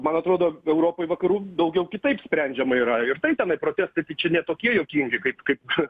man atrodo europoj vakarų daugiau kitaip sprendžiama yra ir tai tenai protestai tai čia ne tokie juokingi kaip kaip